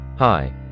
Hi